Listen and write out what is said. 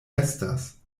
estas